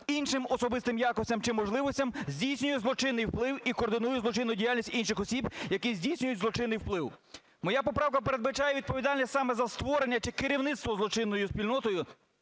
іншим особистим якостям чи можливостям здійснює злочинний вплив і координує злочинну діяльність інших осіб, які здійснюють злочинний вплив.". Моя поправка передбачає відповідальність саме за створення чи керівництво злочинною спільнотою,